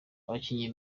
abakinnyi